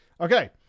Okay